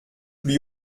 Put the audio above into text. lui